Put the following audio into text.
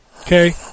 Okay